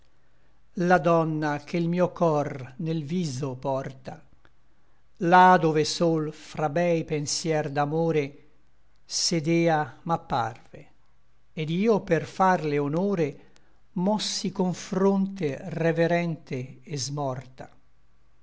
la donna che l mio cor nel viso porta là dove sol fra bei pensier d'amore sedea m'apparve et io per farle honore mossi con fronte reverente et smorta